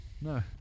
No